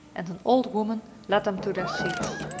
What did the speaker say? and an old woman led them to their seats.